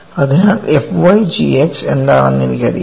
അതിനാൽ f g എന്താണെന്ന് എനിക്കറിയാം